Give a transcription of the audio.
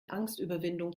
angstüberwindung